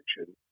action